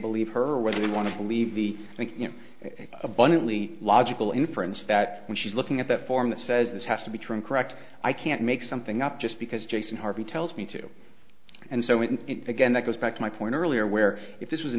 believe her or whether they want to believe the abundantly logical inference that when she's looking at that form that says this has to be true and correct i can't make something up just because jason harvey tells me to and so and again that goes back to my point earlier where if this was an